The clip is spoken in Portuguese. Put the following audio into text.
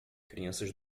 crianças